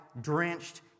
drenched